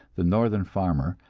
the northern farmer,